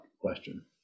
question